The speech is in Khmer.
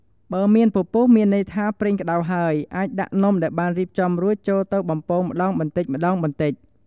បើមានពពុះ វាមានន័យថាប្រេងក្តៅហើយ អាចដាក់នំដែលបានរៀបចំរួចចូលទៅបំពងម្តងបន្តិចៗ។